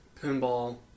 pinball